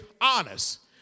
honest